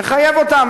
מחייב אותם,